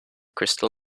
crystal